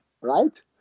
Right